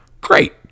great